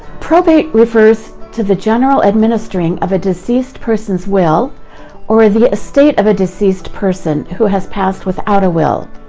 probate refers to the general administering of a deceased person's will or the estate of a deceased person who has passed without a will.